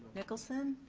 nicholson?